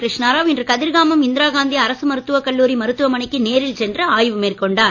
கிருஷ்ணாராவ் இன்று கதிர்காமம் இந்திரா காந்தி அரசு மருத்துவக் கல்லூரி மருத்துவமனைக்கு நேரில் சென்று ஆய்வு மேற்கொண்டார்